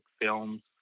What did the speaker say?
films